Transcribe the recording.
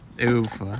Oof